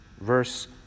Verse